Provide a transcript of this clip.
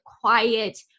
quiet